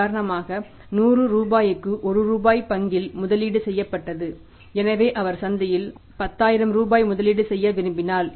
உதாரணமாக 100 ரூபாய்க்கு ஒரு ரூபாய் பங்கில் முதலீடு செய்யப்பட்டது எனவே அவர் சந்தையில் 10000 ரூபாய் முதலீடு செய்ய விரும்பினால்